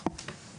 משפ"י תציג יותר,